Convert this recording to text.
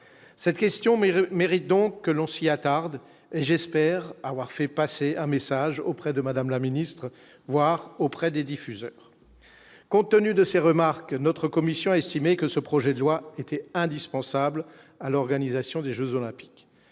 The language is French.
cette question mérite mérite donc que l'on s'y attarde, j'espère avoir fait passer un message auprès de Madame la Ministre, voir auprès des diffuseurs Compte-tenu de ces remarques notre commission a estimé que ce projet de loi était indispensable à l'organisation des Jeux olympiques,